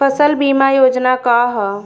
फसल बीमा योजना का ह?